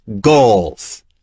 goals